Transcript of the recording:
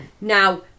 Now